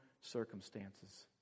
circumstances